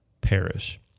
perish